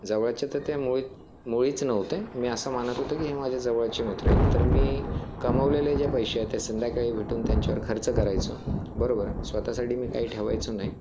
जवळचे तर ते मुळी मुळीच नव्हते मी असं मानत होतो की हे माझे जवळचे मित्र आहेत तर मी कमवलेले जे पैसे होते संध्याकाळी उठून त्यांच्यावर खर्च करायचो बरोबर स्वतःसाठी मी काही ठेवायचो नाही